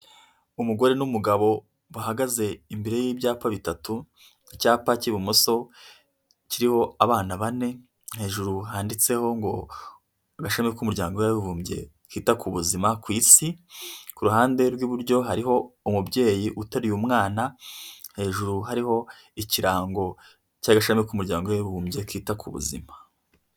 Umugore n'umugabo bahagaze imbere y'ibyapa bitatu, icyapa cy'ibumoso kiriho abana bane hejuru handitseho ngo agashami k'umuryango w'abibumbye kita ku buzima ku isi, ku ruhande rw'iburyo hariho umubyeyi uteruye umwana hejuru hariho ikirango cy'agashami k'umuryango w'abibumbye kita ku buzima.